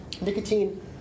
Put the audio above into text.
nicotine